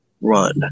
run